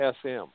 SM